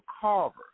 Carver